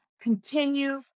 continue